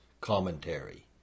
commentary